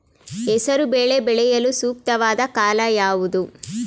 ಹೆಸರು ಬೇಳೆ ಬೆಳೆಯಲು ಸೂಕ್ತವಾದ ಕಾಲ ಯಾವುದು?